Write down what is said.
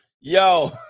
Yo